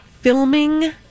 filming